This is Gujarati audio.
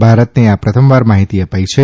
ભારતને આ પ્રથમવાર માહીતી અપાઇ છે